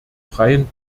freien